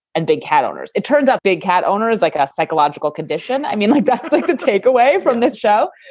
and they cat owners. it turns out big cat owners like a psychological condition. i mean, like that's like the take away from this show.